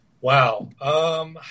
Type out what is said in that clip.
Wow